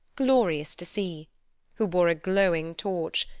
glorious to see who bore a glowing torch,